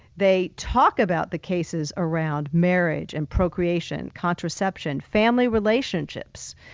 they talk about the cases around marriage and procreation, contraception, family relationships,